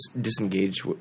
disengage